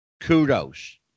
Kudos